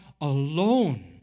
alone